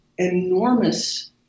enormous